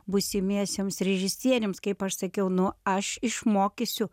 būsimiesiems režisieriams kaip aš sakiau nu aš išmokysiu